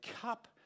cup